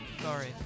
sorry